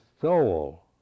soul